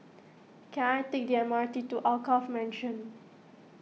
can I take the M R T to Alkaff Mansion